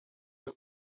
its